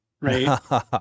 right